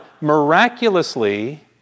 miraculously